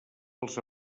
els